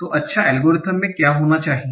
तो अच्छा एल्गोरिथ्म में क्या होना चाहिए